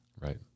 Right